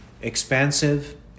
expansive